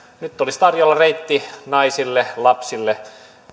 nyt olisi tarjolla reitti naisille lapsille